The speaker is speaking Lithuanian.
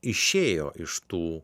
išėjo iš tų